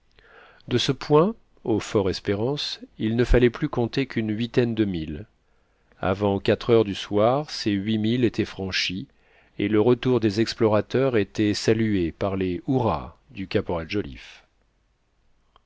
de ce point au fort espérance il ne fallait plus compter qu'une huitaine de milles avant quatre heures du soir ces huit milles étaient franchis et le retour des explorateurs était salué par les hurrahs du caporal joliffe